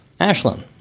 Ashlyn